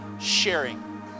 Sharing